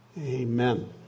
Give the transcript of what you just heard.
Amen